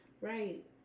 Right